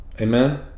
Amen